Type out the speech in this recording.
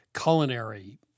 culinary